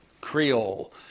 Creole